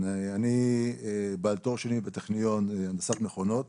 אני בעל תואר שני בטכניון, הנדסת מכונות.